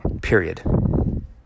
period